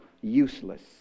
useless